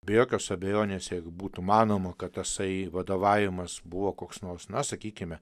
be jokios abejonės jeigu būtų manoma kad tasai vadovavimas buvo koks nors na sakykime